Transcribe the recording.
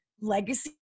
legacy